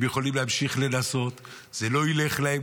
הם יכולים להמשיך לנסות, זה לא ילך להם.